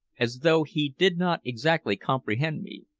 as though he did not exactly comprehend me.